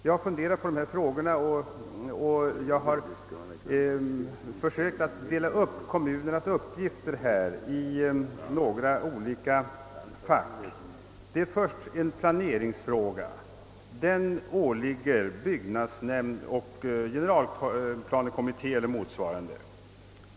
Jag har försökt att dela upp kommunernas naturvårdsuppgifter i olika fack. Det är först en planeringsfråga som åligger byggnadsnämnd, generalplanekommitté och motsvarande.